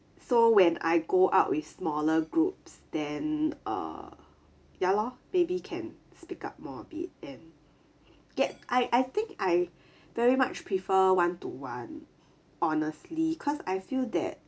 so when I go out with smaller groups then err ya lor maybe can speak up more a bit and get I I think I very much prefer one to one honestly cause I feel that